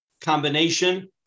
combination